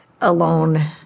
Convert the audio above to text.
alone